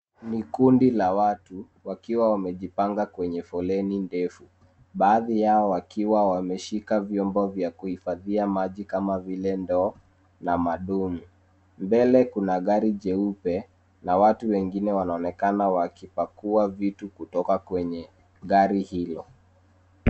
Ni kundi la watu wakiwa wamejipanga kwenye foleni ndefu baadhi yao wakiwa wameshika vyombo vya kuhifadhia maji kama vile ndoo na madumu. Mbele kuna gari jeupe na watu wengine wanaonekana wakipakua vitu kutoka kwenye gari hilo.